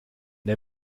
der